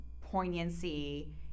poignancy